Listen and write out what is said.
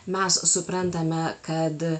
mes suprantame kad